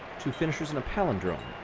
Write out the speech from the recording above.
two finishers and a palindrome,